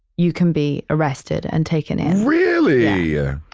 you can be arrested and taken every really? yeah.